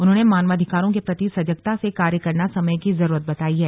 उन्होंने मानवाधिकारों के प्रति सजगता से कार्य करना समय की जरूरत बतायी है